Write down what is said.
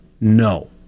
No